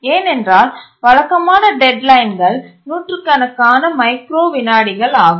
ஏனென்றால் வழக்கமான டெட்லைன்கள் நூற்றுக்கணக்கான மைக்ரோ விநாடிகள் ஆகும்